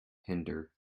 hinder